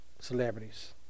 celebrities